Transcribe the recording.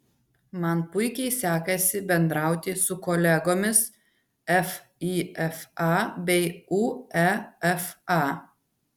man puikiai sekasi bendrauti su kolegomis fifa bei uefa